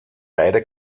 beide